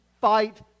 fight